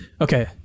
Okay